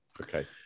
Okay